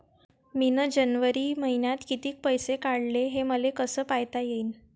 मिन जनवरी मईन्यात कितीक पैसे काढले, हे मले कस पायता येईन?